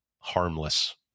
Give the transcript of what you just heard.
Harmless